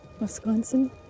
Wisconsin